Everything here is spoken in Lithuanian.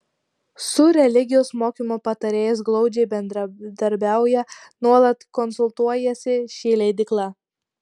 su religijos mokymo patarėjais glaudžiai bendradarbiauja nuolat konsultuojasi ši leidykla